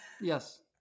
Yes